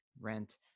rent